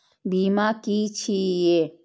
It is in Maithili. बीमा की छी ये?